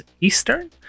Eastern